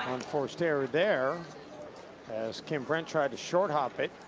um unforced error there as kim brent tried to short hop it.